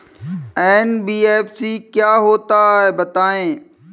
NBFC क्या होता है बताएँ?